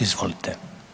Izvolite.